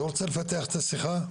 לא רוצה לפתח את השיחה.